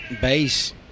base